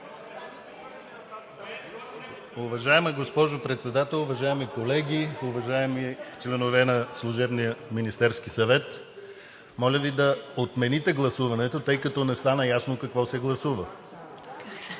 Уважаема госпожо Председател, уважаеми колеги, уважаеми членове на служебния Министерски съвет! Моля Ви да отмените гласуването, тъй като не стана ясно какво се гласува.